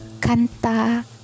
kanta